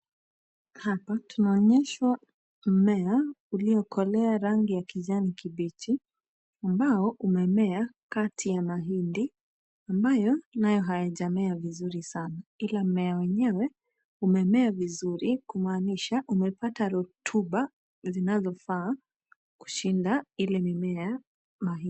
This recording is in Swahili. Hapa tunaonyeshwa mmea uliokolea rangi ya kijani kibichi ambao umemea kati ya mahindi ambayo nayo haijamea vizuri sana, ila mmea wenyewe umemea vizuri kumaanisha imepata rotuba inayofaa kushinda ile mimea ya mahindi.